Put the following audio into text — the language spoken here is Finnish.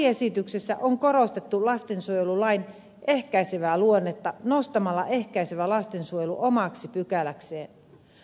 lakiesityksessä on korostettu lastensuojelulain ehkäisevää luonnetta nostamalla ehkäisevä lastensuojelu omaksi pykäläkseen